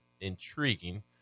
intriguing